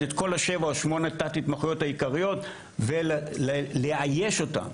את כל השבע או שמונה תת התמחויות העיקריות ולאייש אותה,